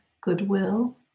goodwill